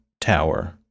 tower